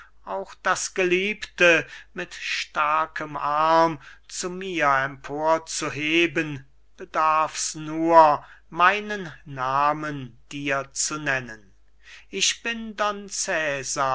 auch das geliebte mit starkem arm zu mir emporzuheben bedarf's nur meinen namen dir zu nennen ich bin